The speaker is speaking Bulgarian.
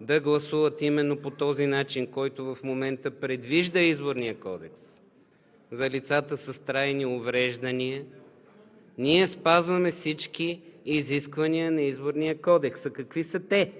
да гласуват именно по този начин, който в момента предвижда Изборният кодекс за лицата с трайни увреждания, ние спазваме всички изисквания на Изборния кодекс. А какви са те?